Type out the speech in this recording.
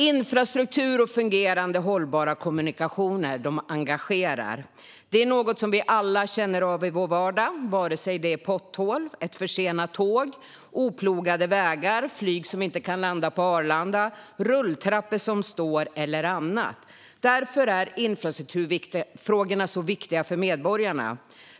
Infrastruktur och fungerande hållbara kommunikationer engagerar. Det är något som vi alla känner av i vår vardag, vare sig det är fråga om potthål, ett försenat tåg, oplogade vägar, flyg som inte kan landa på Arlanda, rulltrappor som står stilla eller annat. Därför är infrastrukturfrågorna så viktiga för medborgarna.